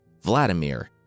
Vladimir